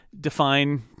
define